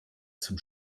zum